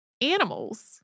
animals